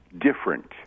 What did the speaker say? different